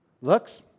Looks